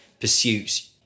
pursuits